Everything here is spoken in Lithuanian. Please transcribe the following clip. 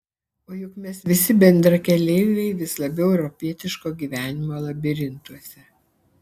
o juk mes visi bendrakeleiviai vis labiau europietiško gyvenimo labirintuose